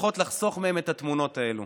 את התמונות האלה